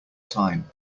time